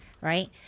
Right